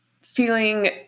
feeling